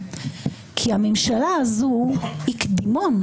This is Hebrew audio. כי הממשלה הזאת היא קדימון,